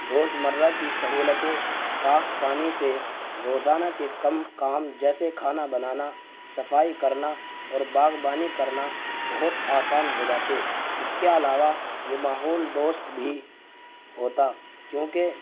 روزمرہ کی سہولتیں صاف پانی سے روزانہ کے کم کام جیسے کھانا بنانا صفائی کرنا اور باغبانی کرنا بہت آسان ہو جاتے اس کے علاوہ یہ ماحول دوست بھی ہوتا کیوںکہ